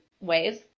ways